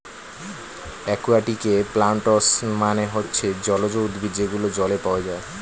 একুয়াটিকে প্লান্টস মানে হচ্ছে জলজ উদ্ভিদ যেগুলো জলে পাওয়া যায়